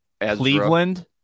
Cleveland